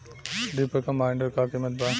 Reaper combiner का किमत बा?